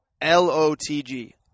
L-O-T-G